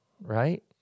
right